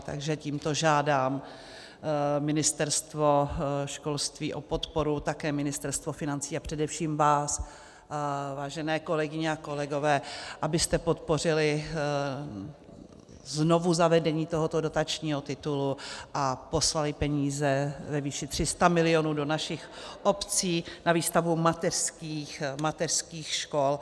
Takže tímto žádám Ministerstvo školství o podporu, také Ministerstvo financí a především vás, vážené kolegyně a kolegové, abyste podpořili znovuzavedení tohoto dotačního titulu a poslali peníze ve výši 300 milionů do našich obcí na výstavbu mateřských škol.